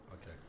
Okay